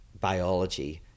biology